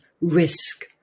risk